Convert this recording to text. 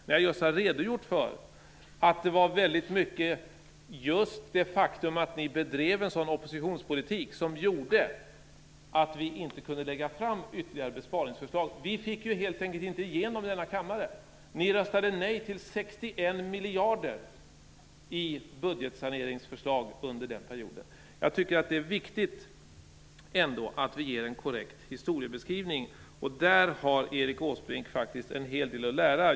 Jag har just redogjort för att det väldigt mycket var just den oppositionpolitik som ni bedrev som gjorde att vi inte kunde lägga fram ytterligare besparingsförslag. Vi fick helt enkelt inte igenom dem i denna kammare. Ni röstade nej till budgetsaneringsförslag om 61 miljarder under den perioden. Jag tycker att det är viktigt att vi ger en korrekt historiebeskrivning, och därvidlag har Erik Åsbrink faktiskt en hel del att lära.